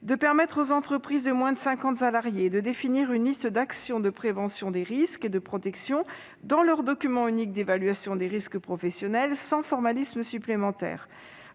permettent aux entreprises de moins de cinquante salariés de définir une liste d'actions de prévention des risques et de protection dans leur document unique d'évaluation des risques professionnels, sans formalisme supplémentaire